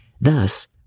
Thus